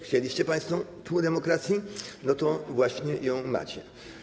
Chcieliście państwo - tfu! - demokracji, to właśnie ją macie.